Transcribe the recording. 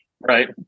Right